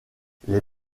les